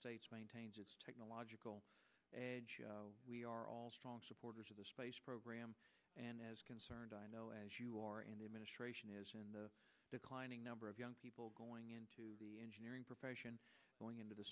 states maintains its technological we are all strong supporters of the space program and as concerned i know as you are in the administration is in the declining number of young people going into the engineering profession going into the